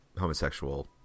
homosexual